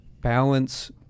balance –